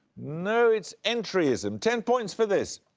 no, it's entryism. ten points for this.